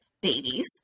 babies